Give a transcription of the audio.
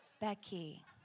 Becky